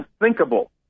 unthinkable